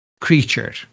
creature